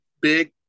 big